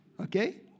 Okay